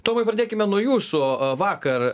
tomai pradėkime nuo jūsų vakar